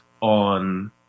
on